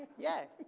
yeah.